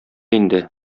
инде